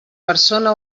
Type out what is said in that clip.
persona